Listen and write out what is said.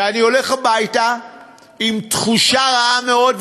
ואני הולך הביתה עם תחושה רעה מאוד,